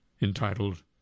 entitled